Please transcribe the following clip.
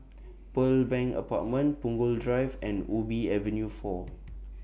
Pearl Bank Apartment Punggol Drive and Ubi Avenue four